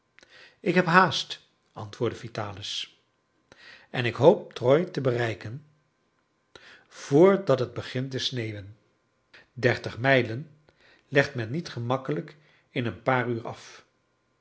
ik heb haast antwoordde vitalis en ik hoop troyes te bereiken vr dat het begint te sneeuwen dertig mijlen legt men niet gemakkelijk in een paar uur af